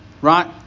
right